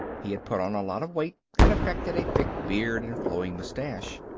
he had put on a lot of weight and affected a thick beard and flowing mustache.